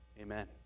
Amen